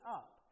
up